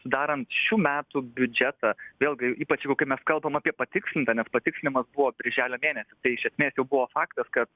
dar sudarant šių metų biudžetą vėlgi ypač jeigu kai mes kalbam apie patikslintą nes patikslinimas buvo birželio mėnesį tai iš esmės jau buvo faktas kad